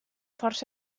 força